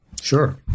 Sure